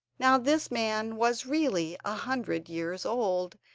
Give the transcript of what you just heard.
now this man was really a hundred years old,